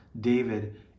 David